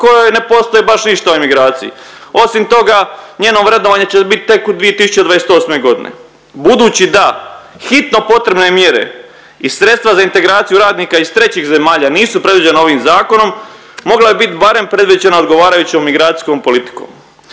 kojoj ne postoji baš ništa o emigraciji. Osim toga njeno vrednovanje će biti tek 2028. godine. Budući da hitno potrebne mjere i sredstva za integraciju radnika iz trećih zemalja nisu predviđena ovim zakonom mogla bi bit barem predviđena odgovarajućom migracijskom politikom.